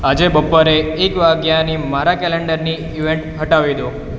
આજે બપોરે એક વાગ્યાની મારા કેલેન્ડરની ઈવેન્ટ હટાવી દો